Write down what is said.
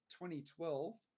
2012